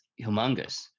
humongous